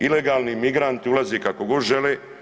Ilegalni migranti ulaze kako god žele.